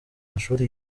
mashuli